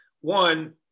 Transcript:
one